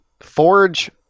forge